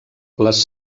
les